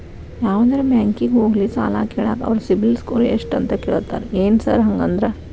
ಯಾವದರಾ ಬ್ಯಾಂಕಿಗೆ ಹೋಗ್ಲಿ ಸಾಲ ಕೇಳಾಕ ಅವ್ರ್ ಸಿಬಿಲ್ ಸ್ಕೋರ್ ಎಷ್ಟ ಅಂತಾ ಕೇಳ್ತಾರ ಏನ್ ಸಾರ್ ಹಂಗಂದ್ರ?